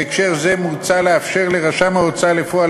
בהקשר זה מוצע לאפשר לרשם ההוצאה לפועל